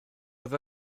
oedd